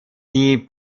die